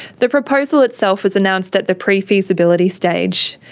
the proposal itself was announced at the pre-feasibility stage.